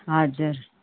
हजुर